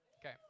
Okay